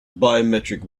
biometric